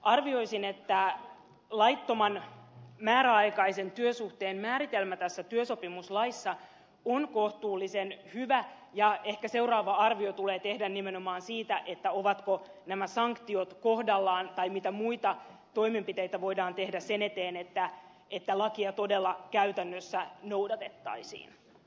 arvioisin että laittoman määräaikaisen työsuhteen määritelmä tässä työsopimuslaissa on kohtuullisen hyvä ja ehkä seuraava arvio tulee tehdä nimenomaan siitä ovatko nämä sanktiot kohdallaan tai mitä muita toimenpiteitä voidaan tehdä sen eteen että lakia todella käytännössä noudatettaisiin